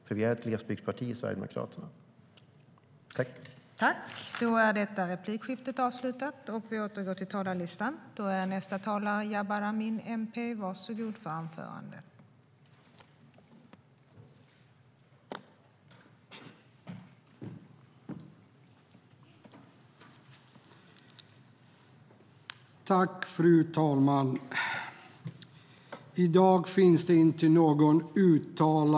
Sverigedemokraterna är nämligen ett glesbygdsparti.